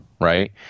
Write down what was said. right